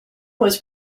was